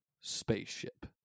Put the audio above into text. spaceship